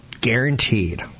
guaranteed